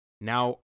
now